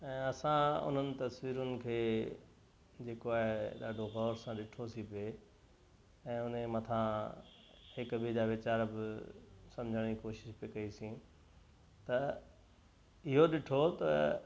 ऐं असां उन्हनि तस्वीरुनि खे जे को आहे ॾाढो गौर सां ॾिठोसीं पिए ऐं हुनजे मथां हिकु ॿिएं जा वीचार बि समुझण जी कोशिश पे कईसीं त इहो ॾिठो त